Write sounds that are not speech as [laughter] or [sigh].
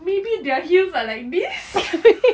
maybe their hills are like this [laughs]